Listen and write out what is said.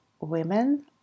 women